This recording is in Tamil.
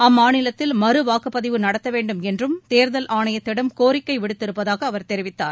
அம்மாநிலத்தில் மறுவாக்குப்பதிவு நடத்த வேண்டுமென்றும் தேர்தல் ஆணையத்திடம் கோரிக்கை விடுத்திருப்பதாக அவர் தெரிவித்தார்